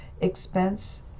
expense